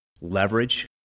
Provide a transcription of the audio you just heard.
Leverage